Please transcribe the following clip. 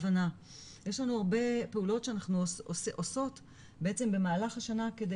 יש לנו פעולות שאנחנו עושות בעצם במהלך השנה כדי